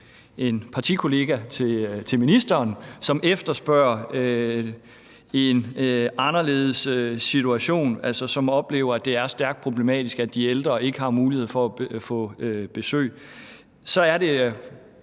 en partikollega til ministeren – som efterspørger en anderledes situation, altså som oplever, at det er stærkt problematisk, at de ældre ikke har mulighed for at få besøg. Så er det,